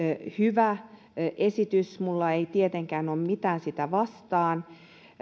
hyvä esitys minulla ei tietenkään ole mitään sitä vastaan